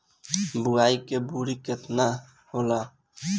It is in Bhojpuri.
बुआई के दुरी केतना होला?